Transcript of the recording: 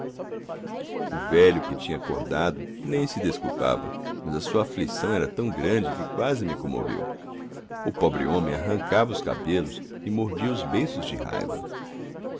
o velho que tinha acordado nem se desculpava mas a sua aflição era tão grande que quase me comoveu o pobre homem arrancava os cabelos e mordia os beiços de raiva